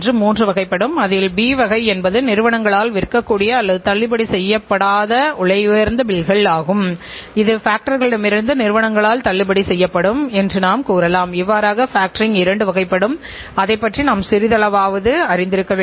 ஒவ்வொரு நிறுவனத்திற்கும் வாடிக்கையாளர் என்று ஒரு அங்கம் இருக்கின்ற பொழுது இந்த நிர்வாக கட்டுப்பாட்டு முறை அவசியம் என கருத வேண்டும்